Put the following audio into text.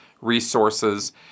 resources